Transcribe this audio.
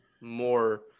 more